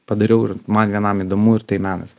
padariau ir man vienam įdomu ir tai menas